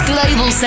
Global